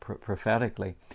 prophetically